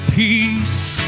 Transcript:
peace